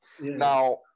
Now